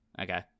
Okay